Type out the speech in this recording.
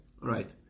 right